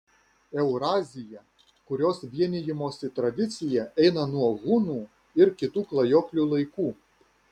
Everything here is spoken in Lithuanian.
eurazija kurios vienijimosi tradicija eina nuo hunų ir kitų klajoklių laikų